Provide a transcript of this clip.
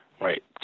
right